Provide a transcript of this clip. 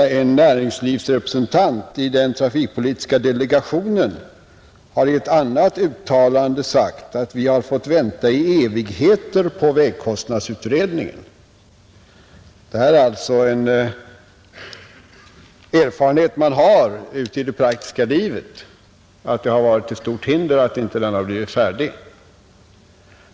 En näringslivsrepresentant i den trafikpolitiska delegationen har i ett annat uttalande sagt att vi har fått vänta i evigheter på vägkostnadsutredningen, Det är alltså en erfarenhet som man har ute i det praktiska livet att det har varit till stort hinder att denna utredning inte har blivit färdig.